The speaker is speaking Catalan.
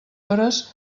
hores